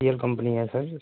سی L company ہے سر